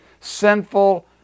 Sinful